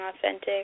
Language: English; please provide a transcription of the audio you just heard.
authentic